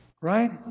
Right